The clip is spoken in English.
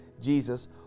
Jesus